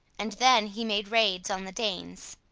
and then he made raids on the danes.